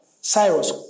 Cyrus